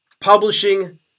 publishing